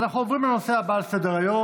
אנחנו עוברים לנושא הבא על סדר-היום,